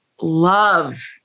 love